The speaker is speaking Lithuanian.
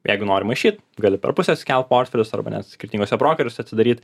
jeigu nori maišyt gali per pusę skelt portfelius arba net skirtinguose brokerius atsidaryt